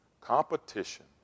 Competition